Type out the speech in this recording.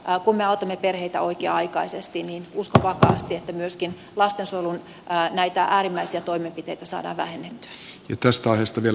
kun me autamme perheitä oikea aikaisesti niin uskon vakaasti että myöskin näitä lastensuojelun äärimmäisiä toimenpiteitä saadaan vähennettyä